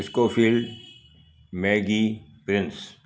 Scofield Maggie Finns